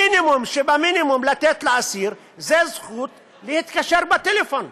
המינימום שבמינימום לתת לאסיר זה הזכות להתקשר בטלפון.